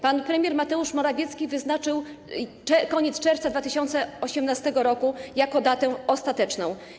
Pan premier Mateusz Morawiecki wyznaczył koniec czerwca 2018 r. jako datę ostateczną.